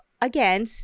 again